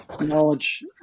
knowledge